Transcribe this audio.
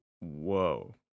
Whoa